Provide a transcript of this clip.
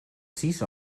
sis